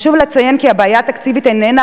חשוב לציין כי הבעיה התקציבית איננה